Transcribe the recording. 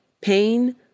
pain